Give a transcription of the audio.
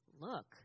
Look